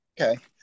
Okay